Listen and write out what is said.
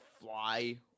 fly